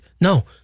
No